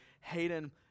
Hayden